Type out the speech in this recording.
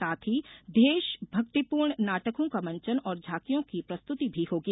साथ ही देशभक्तिपूर्ण नाटकों का मंचन और झॉकियों की प्रस्तुति भी होगी